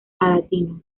palatino